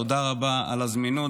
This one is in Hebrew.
תודה רבה על הזמינות,